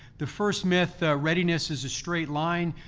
the first myth, readiness is a straight line.